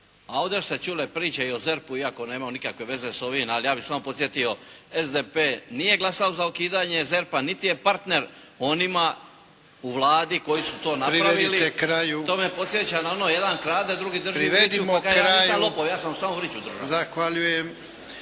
a ovdje su se čule priče i o ZERP-u iako nema nikakve veze s ovim ali ja bih samo podsjetio SDP nije glasao za ukidanje ZERP-a niti je partner onima u Vladi koji su to napravili. To me podsjeća na ono "Jedan krade, drugi drži …/Govornici govore u glas,